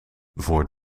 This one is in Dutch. voor